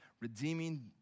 redeeming